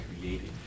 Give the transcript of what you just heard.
created